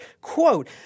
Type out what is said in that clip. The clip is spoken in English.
quote